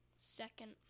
Second